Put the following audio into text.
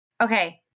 Okay